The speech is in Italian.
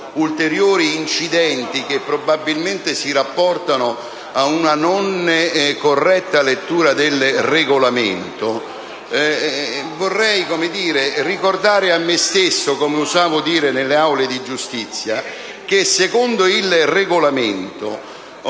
ulteriori incidenti che probabilmente si rapportano a una non corretta lettura del Regolamento, vorrei ricordare a me stesso - come usavo dire nelle aule di giustizia - che, secondo il Regolamento,